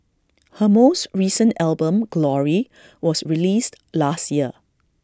her most recent album glory was released last year